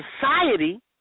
society